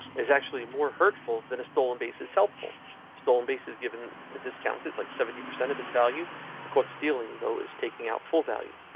is actually more hurtful than a stolen bases. helpful stolen bases, given a discount, it's like seventy percent of its value quotes feeling, though, is taking out full value.